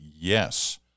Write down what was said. yes